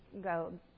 go